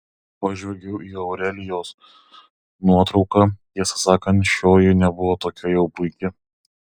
pažvelgiau į aurelijos nuotrauką tiesą sakant šioji nebuvo tokia jau puiki